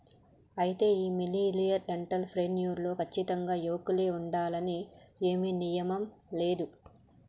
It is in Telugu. అయితే ఈ మిలినియల్ ఎంటర్ ప్రెన్యుర్ లో కచ్చితంగా యువకులే ఉండాలని ఏమీ నియమం లేదు